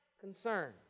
concern